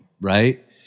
right